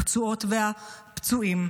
הפצועות והפצועים,